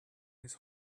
his